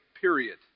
Period